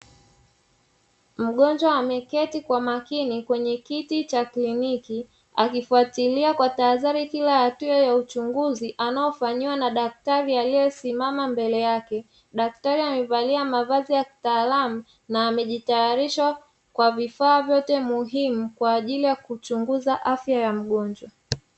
Mgonjwa ameketi kwa makini kwenye kiti cha kliniki akifuatilia kwa tahadhari kila hatua ya uchunguzi anayofanyiwa na daktari alisimama mbele yake. Daktari amevalia mavazi ya kitaalamu na amejitayarisha kwa vifaa yote muhimu kwa ajili ya kuchunguza afya ya mgonjwa.